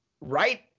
right